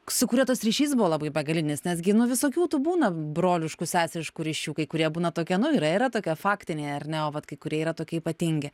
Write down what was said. su kuriuo tas ryšys buvo labai begalinis nes gi nuo visokių tų būna broliškų seseriškų ryšių kai kurie būna tokia nu yra yra tokia faktiniai ar ne o vat kai kurie yra tokie ypatingi